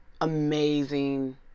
amazing